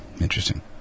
interesting